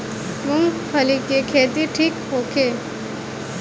मूँगफली के खेती ठीक होखे?